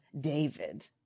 David